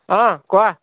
অ' কোৱা